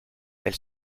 elle